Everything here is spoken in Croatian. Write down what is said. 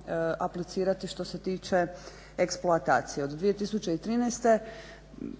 za koje mislimo aplicirati što se tiče eksploatacije. Od 2013.